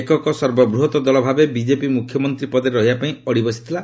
ଏକକ ସର୍ବବୃହତ୍ ଦଳ ଭାବେ ବିଜେପି ମୁଖ୍ୟମନ୍ତ୍ରୀ ପଦରେ ରହିବା ପାଇଁ ଅଡି ବସିଥିଲା